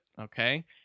okay